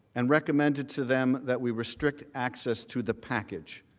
and recommended to them that we restrict access to the package.